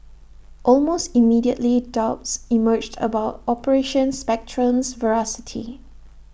almost immediately doubts emerged about operation Spectrum's veracity